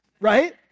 right